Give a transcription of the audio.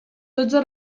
dotze